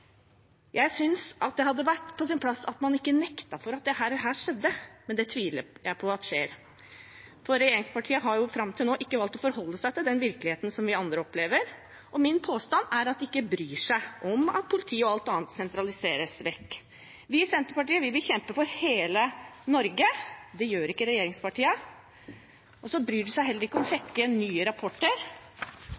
Jeg synes det hadde vært på sin plass at man ikke nektet for at dette skjedde, men det tviler jeg på at skjer, for regjeringspartiene har jo fram til nå ikke valgt å forholde seg til den virkeligheten som vi andre opplever. Min påstand er at de ikke bryr seg om at politiet og alt annet sentraliseres vekk. Vi i Senterpartiet vil kjempe for hele Norge. Det gjør ikke regjeringspartiene, og så bryr de seg heller ikke om